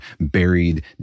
buried